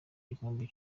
gikombe